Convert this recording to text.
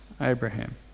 Abraham